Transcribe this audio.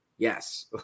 Yes